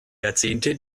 jahrzehnte